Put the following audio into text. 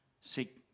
Seek